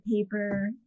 paper